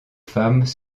femmes